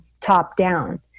top-down